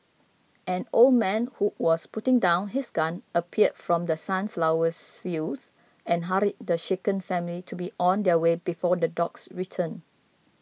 an old man who was putting down his gun appeared from The Sunflowers fields and hurried the shaken family to be on their way before the dogs return